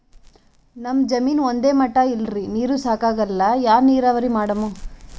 ನಮ್ ಜಮೀನ ಒಂದೇ ಮಟಾ ಇಲ್ರಿ, ನೀರೂ ಸಾಕಾಗಲ್ಲ, ಯಾ ನೀರಾವರಿ ಮಾಡಮು?